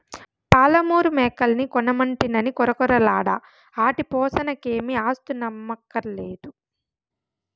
పాలమూరు మేకల్ని కొనమంటినని కొరకొరలాడ ఆటి పోసనకేమీ ఆస్థులమ్మక్కర్లే